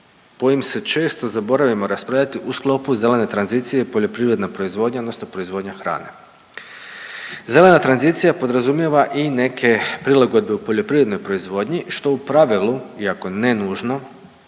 bojim se često zaboravimo raspravljati u sklopu zelene tranzicije je poljoprivredna proizvodnja odnosno proizvodnja hrane. Zelena tranzicija podrazumijeva i neke prilagodbe u poljoprivrednoj proizvodnji što u pravilu, iako ne nužno,